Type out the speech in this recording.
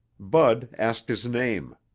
bud asked his name.